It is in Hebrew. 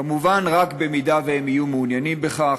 כמובן, רק במידה שהם יהיו מעוניינים בכך,